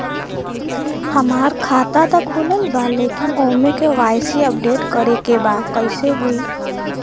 हमार खाता ता खुलल बा लेकिन ओमे के.वाइ.सी अपडेट करे के बा कइसे होई?